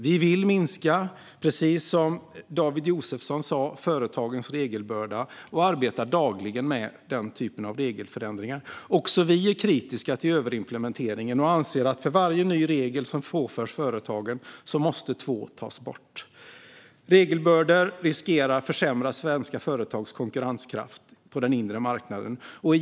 Vi vill, precis som David Josefsson sa, minska företagens regelbörda och arbetar dagligen med den typen av regelförändringar. Också vi är kritiska till överimplementeringen och anser att för varje ny regel som påförs företagen måste två tas bort. Regelbördor riskerar att försämra svenska företags konkurrenskraft på den inre marknaden.